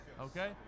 Okay